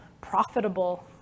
profitable